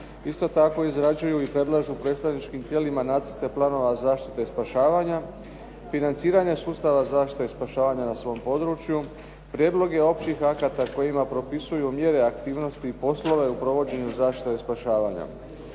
Isto tako izrađuju i predlažu predstavničkim tijelima nacrte planova zaštite i spašavanja, financiranja sustava zaštite i spašavanja na svom području, prijedloge općih akata kojima propisuju mjere aktivnosti i poslove u provođenju zaštita i spašavanja.